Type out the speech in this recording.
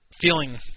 feeling